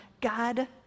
God